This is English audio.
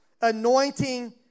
anointing